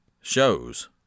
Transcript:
shows